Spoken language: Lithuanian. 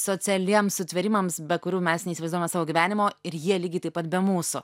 socialiems sutvėrimams be kurių mes neįsivaizduojame savo gyvenimo ir jie lygiai taip pat be mūsų